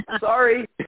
sorry